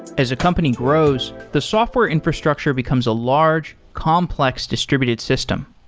as a company grows, the software infrastructure becomes a large, complex distributed system.